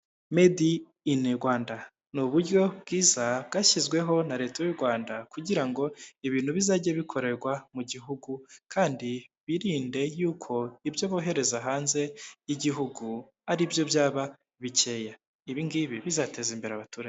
Made in Rwanda ni uburyo bwiza bwashyizweho na leta y'u Rwanda, kugira ngo ibintu bizajye bikorerwa mu gihugu kandi birinde y'uko ibyo bohereza hanze y'igihugu ari byo byaba bikeya, ibi ngibi bizateza imbere abaturage.